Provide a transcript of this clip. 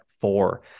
four